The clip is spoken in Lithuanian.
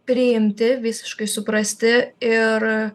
priimti visiškai suprasti ir